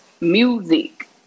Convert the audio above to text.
music